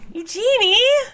eugenie